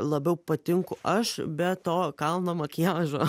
labiau patinku aš be to kalno makiažo